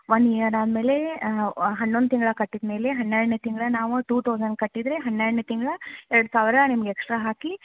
one year ಆದ ಮೇಲೆ ಒ ಹನ್ನೊಂದು ತಿಂಗಳು ಕಟ್ಟಿದ ಮೇಲೆ ಹನ್ನೆರಡನೇ ತಿಂಗ್ಳು ನಾವು ಟು ತೌಸಂಡ್ ಕಟ್ಟಿದರೆ ಹನ್ನೆರಡನೇ ತಿಂಗ್ಳು ಎರಡು ಸಾವಿರ ನಿಮಗೆ ಎಕ್ಸ್ಟ್ರಾ ಹಾಕಿ